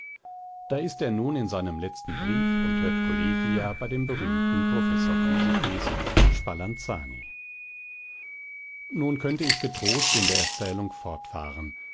da ist er nun in seinem letzten brief und hört kollegia bei dem berühmten professor physices spalanzani nun könnte ich getrost in der erzählung fortfahren